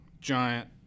giant